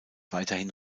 weiterhin